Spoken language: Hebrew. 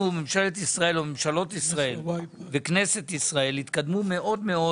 אנחנו - ממשלת ישראל או ממשלות ישראל וכנסת ישראל התקדמנו מאוד מאוד